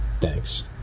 Thanks